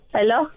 Hello